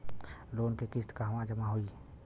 Loan के किस्त कहवा जामा होयी?